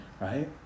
right